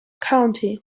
county